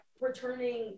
returning